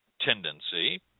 tendency